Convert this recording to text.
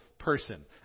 person